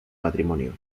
matrimonio